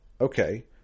okay